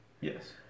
Yes